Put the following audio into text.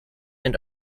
and